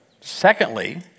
Secondly